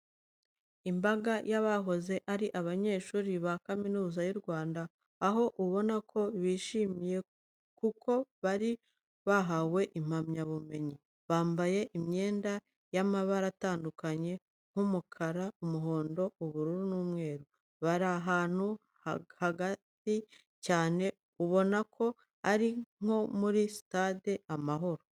Imbaga y'abahoze ari abanyeshuri ba Kaminiza y'u Rwanda, aho ubona ko bishimye kuko bari bahawe impamyabumenyi. Bambaye imyenda y'amabara atandukanye nk'umukara, umuhondo, ubururu n'umweru. Bari ahantu hagari cyane ubona ko ari nko muri sitade Amahoro.